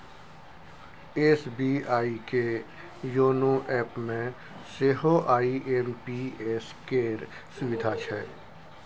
SBI के योनो एपमे सेहो आई.एम.पी.एस केर सुविधा छै